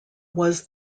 was